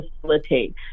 facilitate